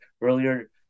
earlier